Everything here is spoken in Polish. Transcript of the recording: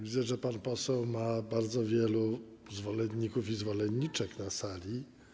Widzę, że pan poseł ma bardzo wielu zwolenników i zwolenniczek na sali.